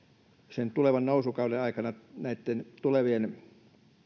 sen tulevan nousukauden aikana näitten tulevien